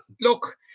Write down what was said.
look